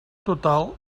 total